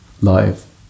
life